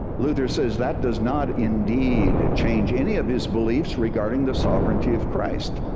luther says, that does not indeed change any of his beliefs regarding the sovereignty of christ.